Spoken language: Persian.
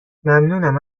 ممنونم